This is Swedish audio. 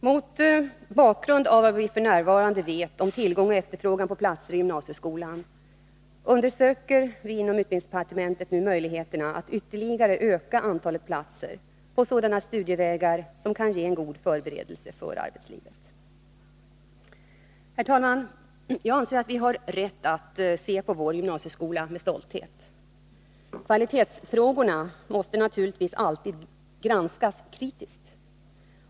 Mot bakgrund av vad vi f. n. vet om tillgång och efterfrågan på platser i gymnasieskolan undersöker vi nu inom utbildningsdepartementet möjligheterna att ytterligare öka antalet platser på sådana studievägar som kan ge en god förberedelse för arbetslivet. Herr talman! Jag anser att vi har rätt att se på vår gymnasieskola med stolthet. Kvalitetsfrågorna måste naturligtvis alltid granskas kritiskt.